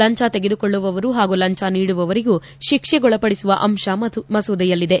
ಲಂಚ ತೆಗೆದುಕೊಳ್ಳುವವರು ಹಾಗೂ ಲಂಚ ನೀಡುವವರಿಗೂ ಶಿಕ್ಷೆಗೊಳಪಡಿಸುವ ಅಂಶ ಮಸೂದೆಯಲ್ಲಿದೆ